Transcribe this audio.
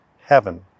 heaven